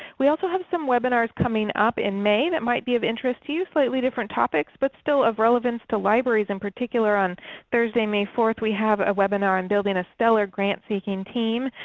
we also have some webinars coming up in may that might be of interest to you, slightly different topics but still of relevance to libraries in particular. on thursday may fourth we have a webinar on building a steller grant seeking team.